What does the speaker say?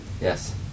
Yes